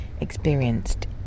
experienced